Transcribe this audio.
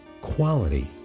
quality